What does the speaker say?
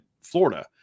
Florida